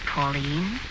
Pauline